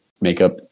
makeup